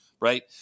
right